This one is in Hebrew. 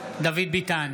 דוד ביטן,